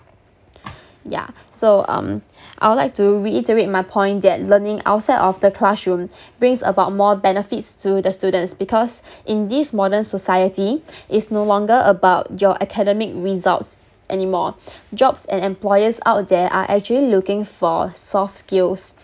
yeah so um I would like to reiterate my point that learning outside of the classroom brings about more benefits to the students because in this modern society it's no longer about your academic results anymore jobs and employers out there are actually looking for soft skills